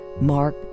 Mark